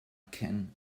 can